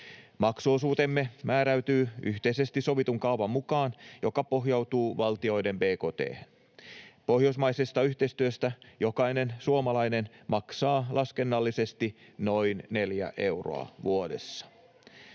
Maksuosuutemme määräytyy yhteisesti sovitun kaavan mukaan, joka pohjautuu valtioiden bkt:hen. Pohjoismaisesta yhteistyöstä jokainen suomalainen maksaa laskennallisesti noin 4 euroa vuodessa.